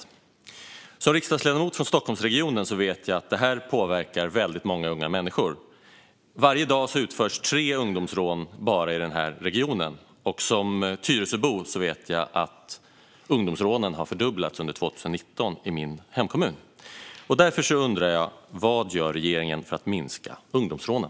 Eftersom jag är riksdagsledamot från Stockholmsregionen vet jag att detta påverkar många unga människor. Varje dag utförs tre ungdomsrån bara i den här regionen, och jag vet att ungdomsrånen har fördubblats under 2019 i min hemkommun Tyresö. Vad gör regeringen för att minska ungdomsrånen?